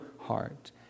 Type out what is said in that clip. heart